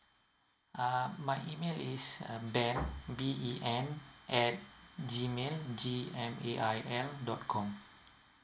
uh my email is err tben B E N at G mail G M A I L dot com